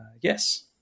Yes